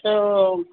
हो हो